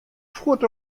fuort